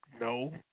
No